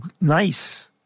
nice